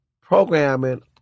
programming